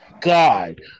God